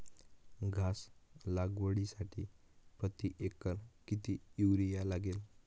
घास लागवडीसाठी प्रति एकर किती युरिया लागेल?